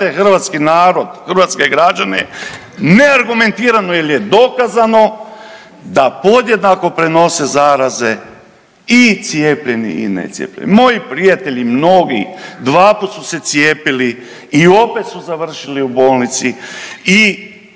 hrvatski narod, hrvatske građane neargumentirano jer je dokazano da podjednako prenose zaraze i cijepljeni i necijepljeni. Moji prijatelji mnogi, dvaput su se cijepili i opet su završili u bolnici i